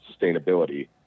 sustainability